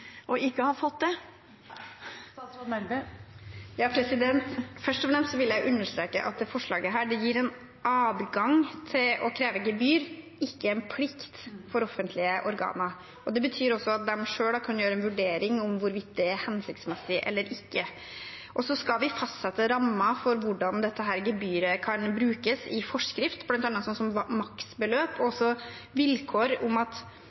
og ikke har fått det? Først og fremst vil jeg understreke at dette forslaget gir offentlige organer en adgang til å kreve gebyr, ikke en plikt. Det betyr at de selv kan gjøre en vurdering av hvorvidt det er hensiktsmessig eller ikke. Vi skal fastsette rammer for hvordan dette gebyret kan brukes, i forskrift. Det gjelder bl.a. maksbeløp og, som representanten var inne på, vilkår om at